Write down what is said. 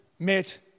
met